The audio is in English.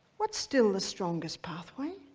what's still the strongest pathway?